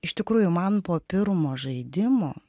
iš tikrųjų man po pirmo žaidimo